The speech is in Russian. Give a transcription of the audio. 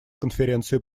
конференции